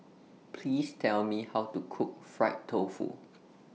Please Tell Me How to Cook Fried Tofu